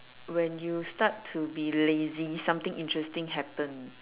when you start to be lazy something interesting happen